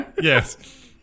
Yes